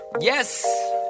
Yes